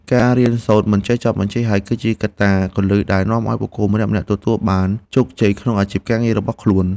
ការរៀនសូត្រមិនចេះចប់មិនចេះហើយ គឺជាកត្តាគន្លឹះដែលនាំឱ្យបុគ្គលម្នាក់ៗទទួលបានជោគជ័យក្នុងអាជីពការងាររបស់ខ្លួន។